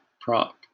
prop